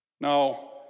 Now